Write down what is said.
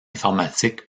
informatique